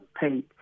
paid